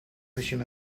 monsieur